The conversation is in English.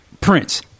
Prince